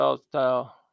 style